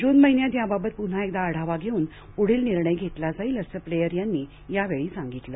जून महिन्यात याबाबत पुन्हा एकदा आढावा घेऊन पुढील निर्णय घेतला जाईल असं प्लेयर यांनी यावेळी सांगितलं